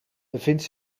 bevindt